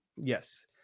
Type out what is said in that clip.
Yes